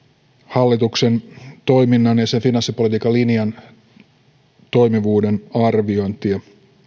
hallituksen toiminnan ja sen finanssipolitiikan linjan toimivuuden arviointia